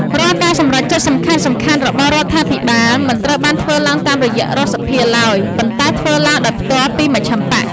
រាល់ការសម្រេចចិត្តសំខាន់ៗរបស់រដ្ឋាភិបាល មិនត្រូវបានធ្វើឡើងតាមរយៈរដ្ឋសភាឡើយ ប៉ុន្តែធ្វើឡើងដោយផ្ទាល់ពីមជ្ឈិមបក្ស។